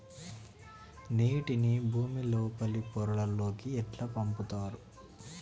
నీటిని భుమి లోపలి పొరలలోకి ఎట్లా పంపుతరు?